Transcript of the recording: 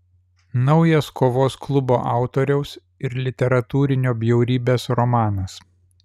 naujas kovos klubo autoriaus ir literatūrinio bjaurybės romanas